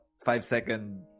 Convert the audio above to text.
five-second